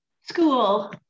School